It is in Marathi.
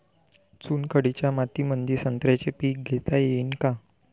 चुनखडीच्या मातीमंदी संत्र्याचे पीक घेता येईन का?